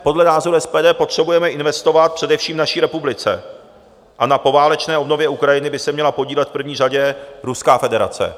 Podle názoru SPD potřebujeme investovat především v naší republice a na poválečné obnově Ukrajiny by se měla podílet v první řadě Ruská federace.